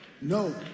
No